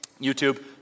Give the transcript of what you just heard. YouTube